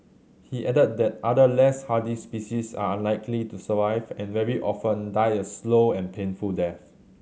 he added that other less hardy species are unlikely to survive and very often die a slow and painful death